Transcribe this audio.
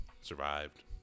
Survived